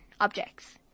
objects